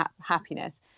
happiness